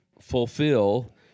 fulfill